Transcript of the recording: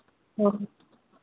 हाँ